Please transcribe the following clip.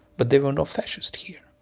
but they are no fascists here